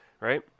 right